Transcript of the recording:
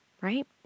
right